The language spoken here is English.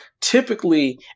typically